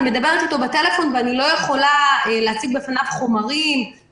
מדברת איתו בטלפון ואני לא יכולה להציג בפניו חומרים,